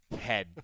head